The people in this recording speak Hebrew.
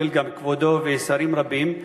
כולל כבודו ושרים רבים,